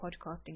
podcasting